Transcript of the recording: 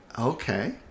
Okay